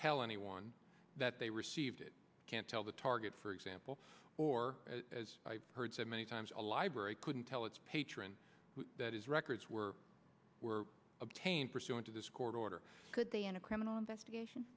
tell anyone that they received it can't tell the target for example or as i've heard said many times a library couldn't tell its patron that is records were were obtained pursuant to this court order could they in a criminal investigation